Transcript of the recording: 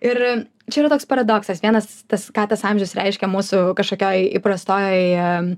ir čia yra toks paradoksas vienas tas ką tas amžius reiškia mūsų kažkokioj įprastoj